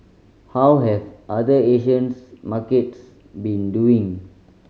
how have other Asians markets been doing